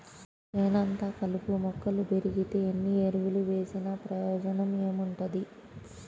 చేనంతా కలుపు మొక్కలు బెరిగితే ఎన్ని ఎరువులు వేసినా ప్రయోజనం ఏముంటది